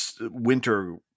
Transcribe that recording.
winter